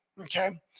Okay